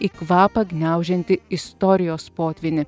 į kvapą gniaužiantį istorijos potvynį